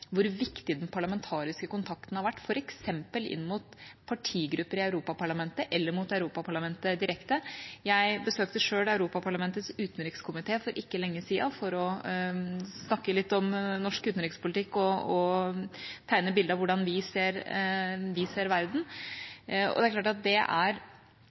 hvor viktig den parlamentariske kontakten har vært, f.eks. inn mot partigrupper i Europaparlamentet eller mot Europaparlamentet direkte. Jeg besøkte selv Europaparlamentets utenrikskomité for ikke lenge siden for å snakke litt om norsk utenrikspolitikk og tegne et bilde av hvordan vi ser verden. Det er klart at det er